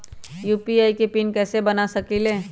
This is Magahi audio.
यू.पी.आई के पिन कैसे बना सकीले?